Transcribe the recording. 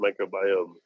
microbiome